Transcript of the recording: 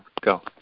go